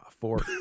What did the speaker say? Four